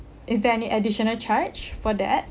is there any additional charge for that